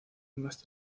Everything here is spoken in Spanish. más